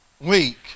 week